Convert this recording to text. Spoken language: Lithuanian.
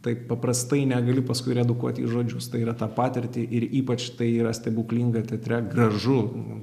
taip paprastai negali paskui redukuoti į žodžius tai yra tą patirtį ir ypač tai yra stebuklinga teatre gražu